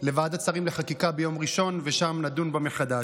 לוועדת שרים לחקיקה ביום ראשון ושם נדון בה מחדש.